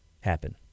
happen